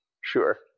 Sure